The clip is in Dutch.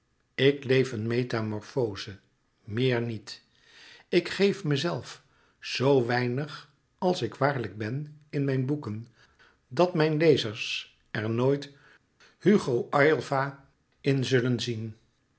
ik leef een metamorfoze meer niet ik geef mezelf zoo weinig als ik waarlijk ben in mijn boeken dat mijn lezers er nooit louis couperus metamorfoze hugo aylva in zullen zien